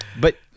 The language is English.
But-